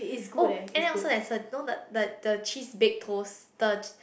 oh and then also there's no the the the cheese baked toast the